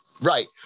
right